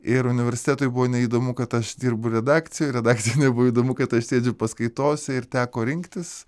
ir universitetui buvo neįdomu kad aš dirbu redakcijoj redakcijai nebuvo įdomu kad sėdžiu paskaitose ir teko rinktis